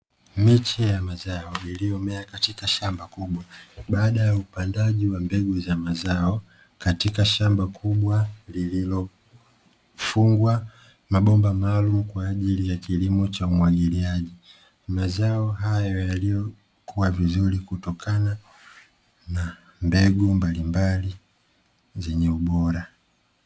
Miche ya mazao iliyomea katika shamba kubwa baada ya upandaji wa mbegu za mazao katika shamba kubwa lililofungwa mabomba maalumu, kwa ajili ya kilimo cha umwagiliaji mazao hayo yaliyokua vizuri kutokana na mbegu mbalimbali zenye ubora.